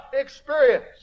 experience